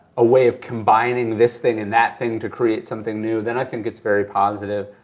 a way of combining this thing and that thing to create something new, then i think it's very positive.